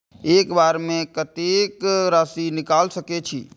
एक बार में कतेक राशि निकाल सकेछी?